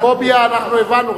"פוביה" אנחנו הבנו,